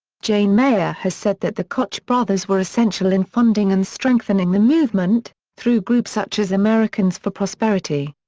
jane mayer has said that the koch brothers were essential in funding and strengthening the movement, through groups such as americans for prosperity.